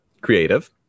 creative